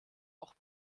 auch